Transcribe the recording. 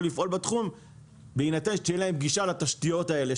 לפעול בתחום בהינתן שתהיה להם גישה לתשתיות האלה,